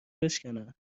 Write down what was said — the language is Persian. بشکنن